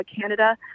Canada